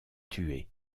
tués